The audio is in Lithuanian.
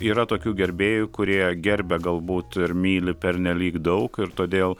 yra tokių gerbėjų kurie gerbia galbūt ir myli pernelyg daug ir todėl